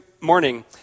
morning